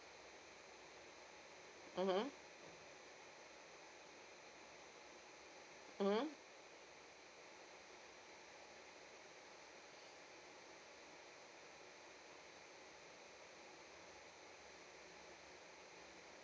mmhmm mmhmm